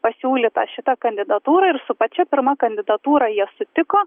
pasiūlyta šita kandidatūra ir su pačia pirma kandidatūra jie sutiko